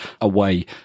away